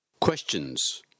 Questions